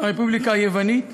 הרפובליקה היוונית